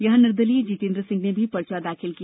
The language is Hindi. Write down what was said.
यहां निर्दलीय जितेन्द्र सिंह ने भी पर्चा दाखिल किया